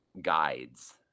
guides